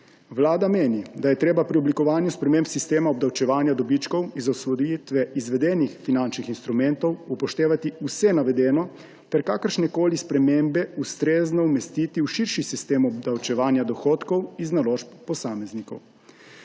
Vlada meni, da je treba pri oblikovanju sprememb sistema obdavčevanja dobičkov iz odsvojitve izvedenih finančnih instrumentov upoštevati vse navedeno ter kakršnekoli spremembe ustrezno umestiti v širši sistem obdavčevanja dohodkov iz naložb posameznikov.